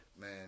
Man